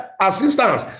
assistance